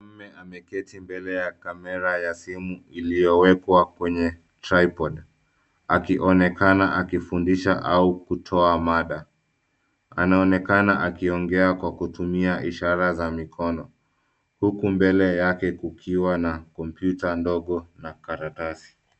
Mme ameketi mbele ya kamera ya simu iliyowekwa kwenye tripod , akionekana akifundisha au kutoa mada. Anaonekana akiongea kwa kutumia ishara za mikono huku mbele yake kukiwa na kompyuta ndogo na karatasi.